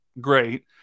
great